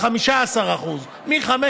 15%; מ-5,